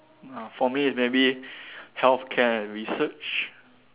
mm for me maybe healthcare and research